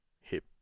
hip